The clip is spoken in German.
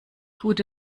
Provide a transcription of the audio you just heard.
gute